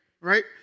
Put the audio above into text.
right